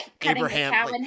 Abraham